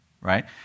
Right